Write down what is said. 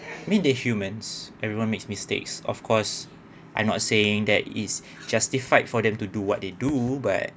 I mean they're humans everyone makes mistakes of course I not saying that is justified for them to do what they do but